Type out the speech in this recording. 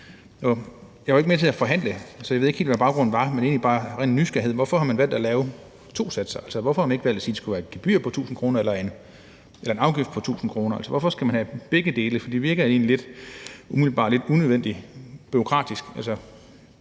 Jeg var ikke med til at forhandle, så jeg ved ikke helt, hvad baggrunden var, men jeg vil egentlig bare af ren nysgerrighed spørge, hvorfor man har valgt at lave to satser. Hvorfor har man ikke valgt at sige, at det skulle være et gebyr på 1.000 kr. eller en afgift på 1.000 kr.? Altså, hvorfor skal man have begge dele, for det virker jo egentlig umiddelbart lidt unødvendig bureaukratisk?